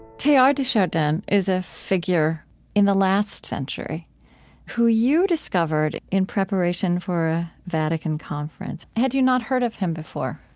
teilhard de chardin is a figure in the last century who you discovered in preparation for a vatican conference. had you not heard of him before?